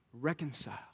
reconcile